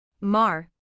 Mar